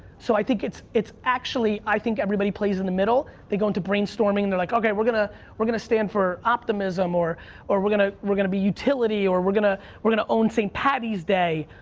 so, i think it's it's actually, i think everybody plays in the middle. they go into brainstorming and they're like, okay, we're gonna we're gonna stand for optimism or or we're gonna we're gonna be utility or we're gonna we're gonna own st. patty's day.